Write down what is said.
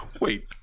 wait